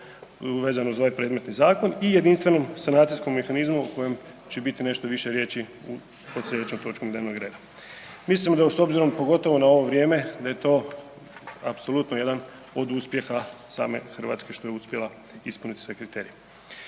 vezano uz ovaj predmetni zakon i jedinstvenom sanacijskom mehanizmu o kojem će biti nešto više riječi pod sljedećom točkom dnevnog reda. Mislim s obzirom pogotovo na ovo vrijeme da je to apsolutno jedan od uspjeha same Hrvatske što je uspjela ispuniti sve kriterije.